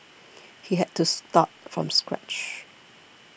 he had to start from scratch